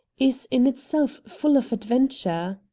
is in itself full of adventure.